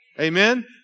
Amen